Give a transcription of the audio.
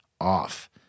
off